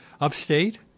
upstate